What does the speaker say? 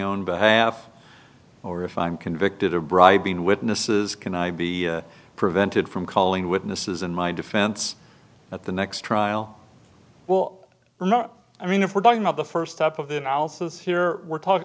own behalf or if i'm convicted of bribing witnesses can i be prevented from calling witnesses in my defense at the next trial well i'm not i mean if we're talking of the first step of the analysis here we're talk